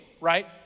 right